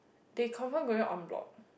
they confirm going en bloc too